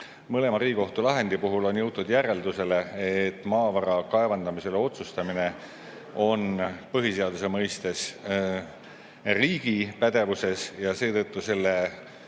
Mõlema Riigikohtu lahendi puhul on jõutud järeldusele, et maavara kaevandamise üle otsustamine on põhiseaduse mõistes riigi pädevuses, ja seetõttu selle